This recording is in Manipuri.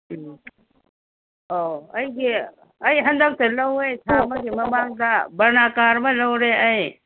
ꯎꯝ ꯑꯣ ꯑꯩꯒꯤ ꯑꯩ ꯍꯟꯗꯛꯇ ꯂꯧꯌꯦ ꯊꯥ ꯑꯃꯒꯤ ꯃꯃꯥꯡꯗ ꯕꯔꯅꯥ ꯀꯥꯔ ꯑꯃ ꯂꯧꯔꯦ ꯑꯩ